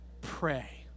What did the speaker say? pray